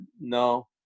no